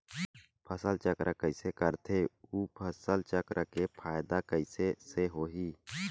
फसल चक्र कइसे करथे उ फसल चक्र के फ़ायदा कइसे से होही?